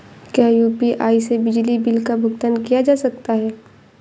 क्या यू.पी.आई से बिजली बिल का भुगतान किया जा सकता है?